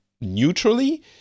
neutrally